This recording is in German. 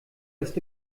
ist